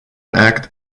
act